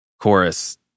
chorus